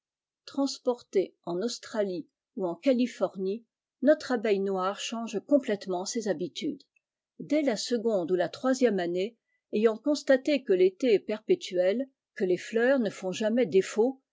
transportée en australie ou en californie notre abeille noire change complètement ses habitudes dès la seconde ou la troisième année ayant constaté que l'été est perpétuel que les fleurs ne font jamais défaut